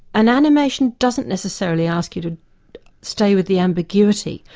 and animation doesn't necessarily ask you to stay with the ambiguity,